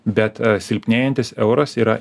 bet silpnėjantis euras yra